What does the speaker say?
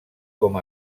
com